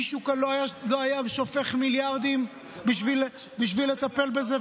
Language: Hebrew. מישהו כאן לא היה שופך מיליארדים בשביל לטפל בזה,